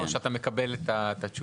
או שאתה מקבל את התשובה?